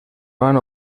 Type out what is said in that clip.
van